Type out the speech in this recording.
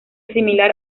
similar